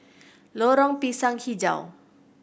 Lorong Pisang Hijau